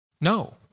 No